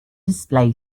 display